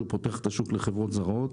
שהוא פותח את השוק לחברות זרות.